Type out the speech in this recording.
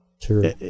True